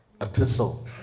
epistle